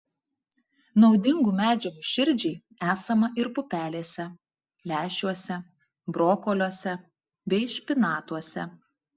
naudingų medžiagų širdžiai esama ir pupelėse lęšiuose brokoliuose bei špinatuose